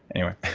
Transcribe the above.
anyway,